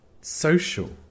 social